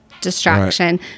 distraction